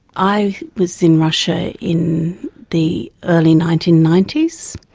i was in russia in the early nineteen ninety s,